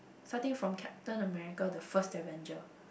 starting from Captain America the first Avenger